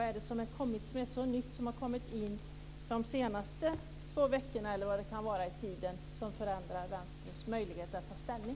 Vad är det för nytt som har kommit fram under de senaste två veckorna som förändrar Vänsterns möjlighet att ta ställning?